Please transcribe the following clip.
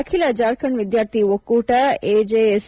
ಅಖಿಲ ಜಾರ್ಖಂಡ್ ವಿದ್ಯಾರ್ಥಿ ಒಕ್ಕೂಟ ಎಜೆಎಸ್